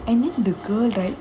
and then the girl right